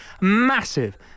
massive